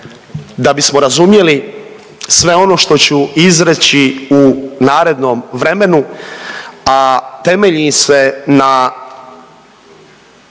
Da bismo razumjeli sve ono što ću izreći u narednom vremenu, a temelji se na